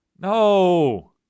No